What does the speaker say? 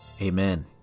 Amen